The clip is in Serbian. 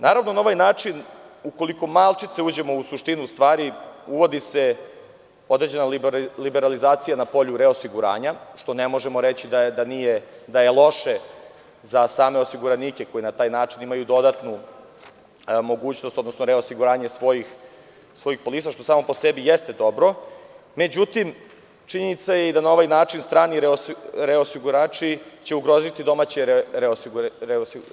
Na ovaj način, ukoliko malo uđemo u suštinu stvari, uvodi se određena liberalizacija na polju reosiguranja, što ne možemo reći da je loše za same osiguranike koji na taj način imaju dodatnu mogućnost odnosno reosiguranje svojih polisa, što samo po sebi jeste dobro, međutim, činjenica je i da na ovaj način strani reosigurači će ugroziti domaće reosigurače.